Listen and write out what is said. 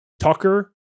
Tucker